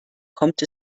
kommt